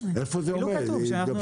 איפה זה עומד,